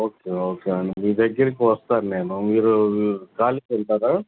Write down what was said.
okay okay అండి మీ దగ్గరికి వస్తాను నేను మీరు ఖాళీగా ఉంటారా